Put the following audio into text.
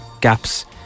gaps